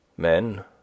Men